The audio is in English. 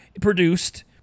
produced